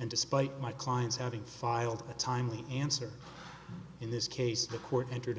and despite my client's having filed a timely answer in this case the court entered